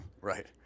Right